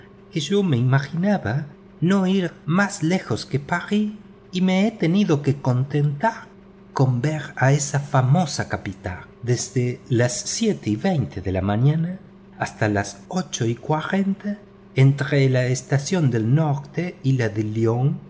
que yo me imaginaba no ir más lejos de parís y me he tenido que contentar con ver esa famosa capital desde las siete y veinte de la mañana hasta las ocho y cuarenta entre la estación del norte y la de lyón